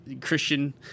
Christian